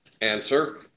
Answer